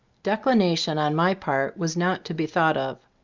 declination, on my part, was not to be thought of.